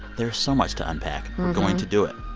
there's so much to unpack. we're going to do it.